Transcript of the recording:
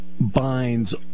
binds